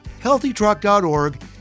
HealthyTruck.org